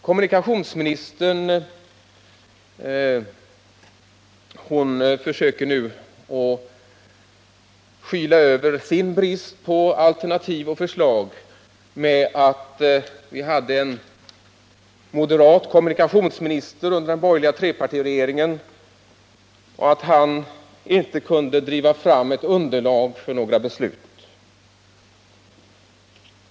Kommunikationsministern försöker nu skyla över sin brist på alternativ och förslag med att tala om att vi hade en moderat kommunikationsminister under den borgerliga trepartiregeringens tid och att denne inte kunde få fram något underlag för beslut.